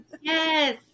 Yes